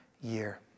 year